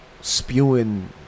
spewing